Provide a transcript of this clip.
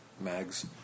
mags